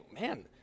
man –